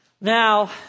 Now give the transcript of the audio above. Now